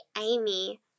Amy